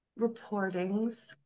reportings